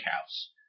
House